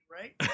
right